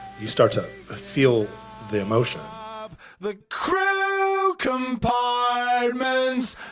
you start to feel the emotion um the crew compartment's